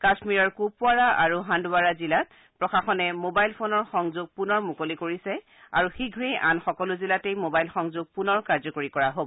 কাশ্মীৰৰ কুপৱাড়া আৰু হাণ্ডৱাড়া জিলাত প্ৰশাসনে ম'বাইল ফোনৰ সংযোগ পুনৰ মুকলি কৰিছে আৰু শীঘ্ৰেই আন সকলো জিলাতে ম'বাইল সংযোগ পুনৰ কাৰ্যকৰী কৰা হব